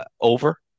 over